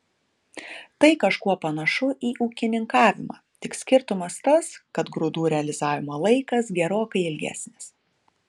tai kažkuo panašu į ūkininkavimą tik skirtumas tas kad grūdų realizavimo laikas gerokai ilgesnis